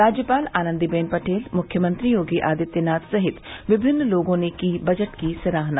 राज्यपाल आनन्दीबेन पटेल मुख्यमंत्री योगी आदित्यनाथ सहित विभिन्न लोगों ने की बजट की सराहना